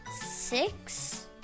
six